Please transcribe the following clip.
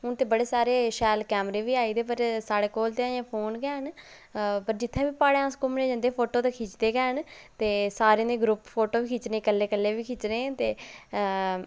हुन ते बड़े सारे शैल कैमरे बी आई गेदे पर साढ़े कोल ते अजें फोन गै न पर जित्थै बी प्हाड़ें अस घुम्मने ई जंदे फोटू ते खिचदे गै न ते सारें दे ग्रुप फोटू बी खिच्चने कल्ले कल्ले बी खिच्चने ते